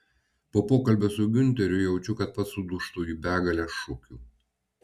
po pokalbio su giunteriu jaučiu kad pats sudūžtu į begalę šukių